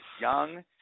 young